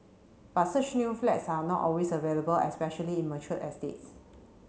but such new flats are not always available especially in mature estates